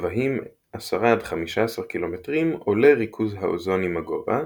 בגבהים 10–15 ק"מ עולה ריכוז האוזון עם הגובה,